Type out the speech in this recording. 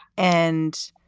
and